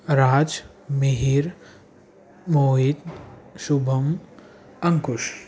Raj Mihir Mohit Shubham Ankush